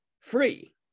free